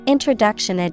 Introduction